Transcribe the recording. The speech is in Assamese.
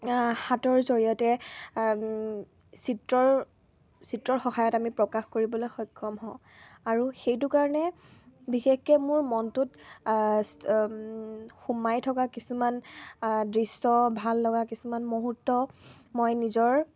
হাতৰ জৰিয়তে চিত্ৰৰ চিত্ৰৰ সহায়ত আমি প্ৰকাশ কৰিবলৈ সক্ষম হওঁ আৰু সেইটো কাৰণে বিশেষকে মোৰ মনটোত সোমাই থকা কিছুমান দৃশ্য ভাল লগা কিছুমান মুহূৰ্ত মই নিজৰ